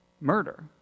murder